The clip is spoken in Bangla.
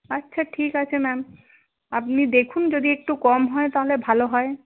আচ্ছা ঠিক আছে ম্যাম আপনি দেখুন যদি একটু কম হয় তাহলে ভালো হয়